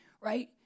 Right